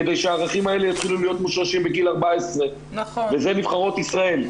כדי שהערכים האלה יתחילו להיות מושרשים בגיל 14. וזה נבחרות ישראל.